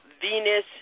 Venus